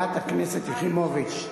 סליחה, חברת הכנסת יחימוביץ,